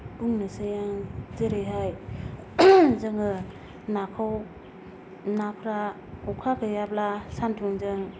बुंनोसै आं जेरैहाय जोङो नाखौ नाफोरा अखा गैयाब्ला सानदुंजों